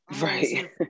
Right